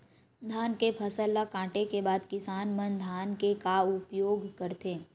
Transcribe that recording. धान के फसल ला काटे के बाद किसान मन धान के का उपयोग करथे?